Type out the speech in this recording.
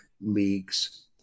leagues